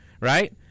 right